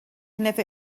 never